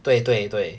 对对对